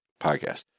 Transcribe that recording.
podcast